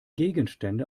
gegenstände